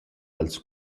dals